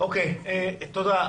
תודה.